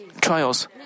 trials